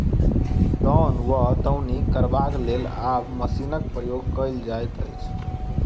दौन वा दौनी करबाक लेल आब मशीनक प्रयोग कयल जाइत अछि